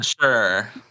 Sure